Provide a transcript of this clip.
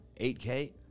8K